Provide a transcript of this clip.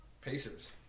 Pacers